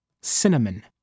Cinnamon